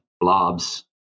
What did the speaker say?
blobs